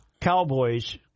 cowboys